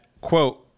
quote